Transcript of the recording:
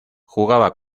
jugaba